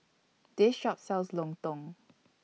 This Shop sells Lontong